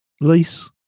lease